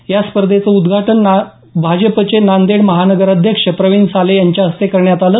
या स्पर्धेचं ऊदघाटन भाजपचे नांदेड महानगर अध्यक्ष प्रविण साले यांच्या हस्ते करण्यात आलं